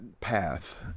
path